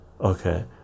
okay